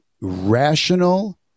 rational